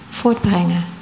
voortbrengen